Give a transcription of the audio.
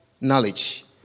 knowledge